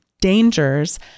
dangers